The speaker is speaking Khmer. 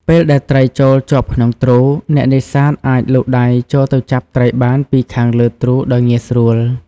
ពេលដែលត្រីចូលជាប់ក្នុងទ្រូ អ្នកនេសាទអាចលូកដៃចូលទៅចាប់ត្រីបានពីខាងលើទ្រូដោយងាយស្រួល។